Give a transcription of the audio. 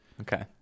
Okay